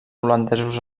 holandesos